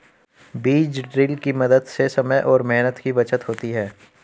बीज ड्रिल के मदद से समय और मेहनत की बचत होती है